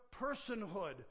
personhood